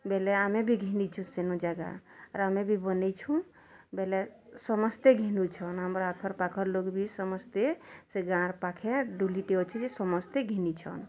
ବେଲେ ଆମେ ବି ଘିନିଛୁ ସେନ ଜାଗା ଆରେ ଆମେ ବି ବନେଇଛୁଁ ବେଲେ ସମସ୍ତେ ଘିନୁଛନ୍ ଆମର୍ ଆଖର୍ ପାଖର୍ ଲୋକ୍ ବି ସମସ୍ତେ ଗାଁରେ ପାଖେ ଡ଼ୁଲିଟେ ଅଛି ଯେ ସମସ୍ତେ ଘିନିଛନ୍